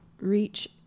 Reach